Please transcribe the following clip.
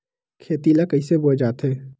खेती ला कइसे बोय जाथे?